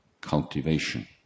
cultivation